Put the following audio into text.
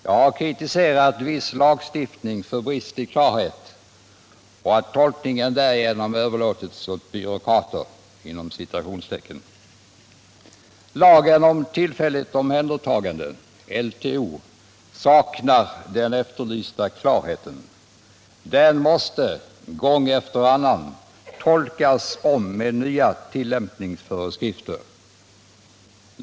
Jag har kritiserat viss lagstiftning för brister när det gäller klarheten och för att tolkningen därigenom överlåtits till ”byråkrater”. Lagen om tillfälligt omhändertagande, LTO, saknar den efterlysta klarheten. Den måste gång efter annan tolkas om med nya tillämpningsföreskrifter.